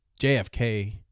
JFK